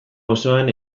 osoan